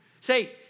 Say